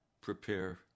prepare